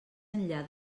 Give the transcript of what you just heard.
enllà